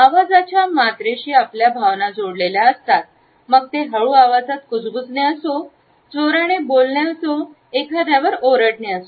आवाजाच्या मात्रेशी आपल्या भावना जोडलेल्या असतात मग ते हळू आवाजात कुजबुजणे असो जोराने बोलण्याचे एखाद्यावर ओरडणे असो